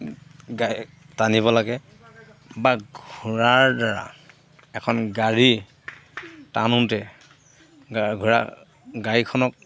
গা টানিব লাগে বা ঘোঁৰাৰ দ্বাৰা এখন গাড়ী টানোতে ঘোঁৰা গাড়ীখনক